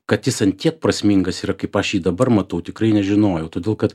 kad jis ant tiek prasmingas yra kaip aš jį dabar matau tikrai nežinojau todėl kad